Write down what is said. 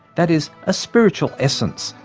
that is a spiritual essence,